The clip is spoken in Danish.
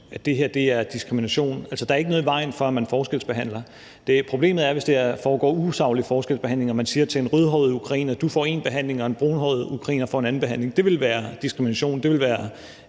at det her er diskrimination. Altså, der er ikke noget i vejen for, at man forskelsbehandler. Problemet er, hvis der foregår usaglig forskelsbehandling, altså hvis man f.eks. siger til en rødhåret ukrainer, at vedkommende får én behandling, mens en brunhåret ukrainer får en anden behandling. Det ville være diskrimination.